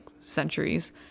centuries